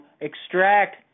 extract